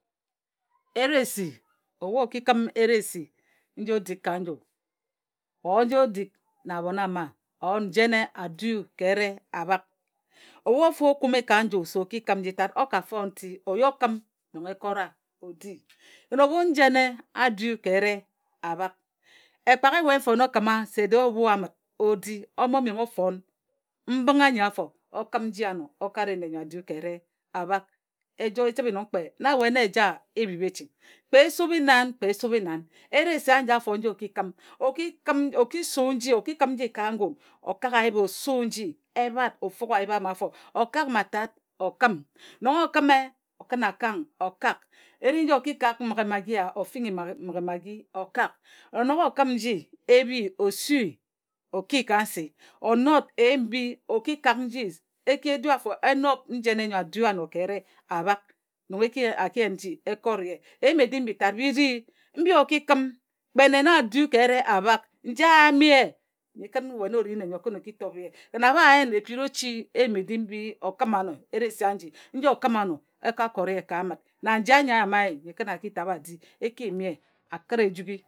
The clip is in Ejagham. Eresi obhu o ki eresi nji o dik ka nju or nji o dik na abho ama o njene a du ka ere a bhak. Obhu ofu a kume ka nju se o ki kǝm nji tat o ka fon nti o yi o kǝm nong e kora o di. Kǝn obhu njene a du ka ere abhak ekpak we mfon e o kǝma se dee o bhue amǝt o di o mo memghe o fon mbǝnghe anyi afo o kǝm nji ano o kare nne nyo a du ka ere a bhak. E chǝbhe no kpe na we na eja e bhip e ching kpe e subhi nan kpe e subhi nan eresi anji afa nji o ki kǝm o ki su nji o ki kǝm nji ka ngun o kak a yip o su nji e bhat o fuk a yip ama afo okak ma tet o kǝm nong o kǝme o kǝn akang o kak. E ri nji o ki kak mmǝghe maggi eya o finghi mmǝghe maggi o o nok o kǝm nji e bhi. O sui o not eyim mbi o ki kak nji e ki edu afo e nob ejene nyo a du ano ka ere a bhak nong a ki yen n ji e kot ye. E yim-edim mbi tat bi ri mbi o ki kǝm. Kpe nne na a du ka ere a bhak a njae a yam ye nyi kǝn we na o ri nne kǝn o ki tob ye kǝn a bha ye epiri ochi eyim edim mbi o kǝm ano eresi anji nji o kǝm ano eresi anji nji o kǝm ano e ka kot ye ka amǝt na njae nyi a yama ye nyi kǝn a ki tabhe a di e ki ye a kǝt ejughi.